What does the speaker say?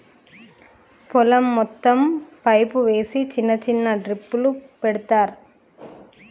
పొలం మొత్తం పైపు వేసి చిన్న చిన్న డ్రిప్పులు పెడతార్